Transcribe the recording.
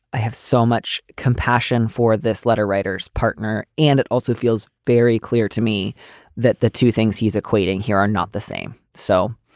i have so much compassion for this letter writers partner. and it also feels very clear to me that the two things he's equating here are not the same. so